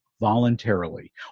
voluntarily